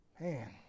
Man